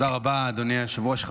תודה רבה, אדוני היושב-ראש.